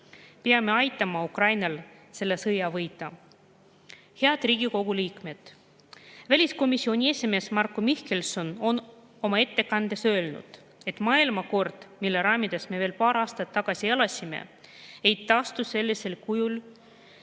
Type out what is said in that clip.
Peame aitama Ukrainal selle sõja võita. Head Riigikogu liikmed! Väliskomisjoni esimees Marko Mihkelson on oma ettekandes öelnud, et maailmakord, mille raamides me veel paar aastat tagasi elasime, ei taastu sellisel kujul